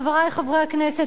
חברי חברי הכנסת,